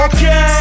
Okay